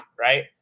right